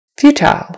futile